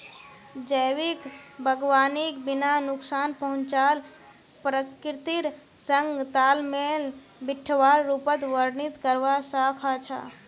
जैविक बागवानीक बिना नुकसान पहुंचाल प्रकृतिर संग तालमेल बिठव्वार रूपत वर्णित करवा स ख छ